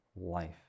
life